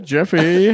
Jeffy